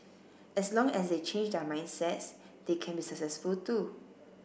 as long as they change their mindsets they can be successful too